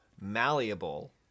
malleable